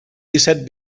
disset